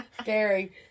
Scary